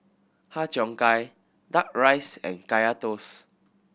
Har Cheong Gai Duck Rice and Kaya Toast